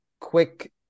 quick